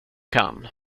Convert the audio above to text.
kan